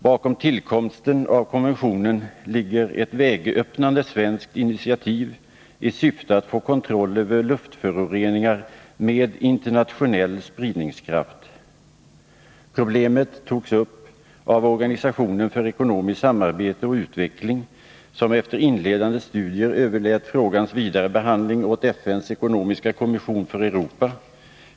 Bakom tillkomsten av denna konvention ligger ett vägöppnande svenskt initiativ i syfte att få kontroll över luftföroreningar med internationell spridningskraft. Problemet togs upp av organisationen för ekonomiskt samarbete och utveckling , som efter inledande studier överlät frågans>vidare behandling åt FN:s ekonomiska kommission för Europa .